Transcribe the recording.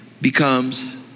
becomes